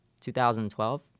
2012